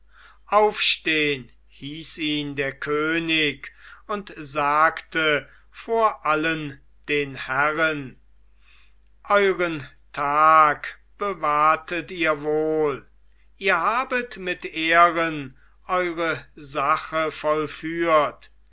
aufstehn hieß ihn der könig und sagte vor allen den herren euren tag bewahrtet ihr wohl ihr habet mit ehren eure sache